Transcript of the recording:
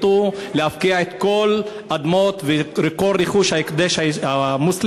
להפקיע את כל האדמות ואת כל רכוש ההקדש המוסלמי.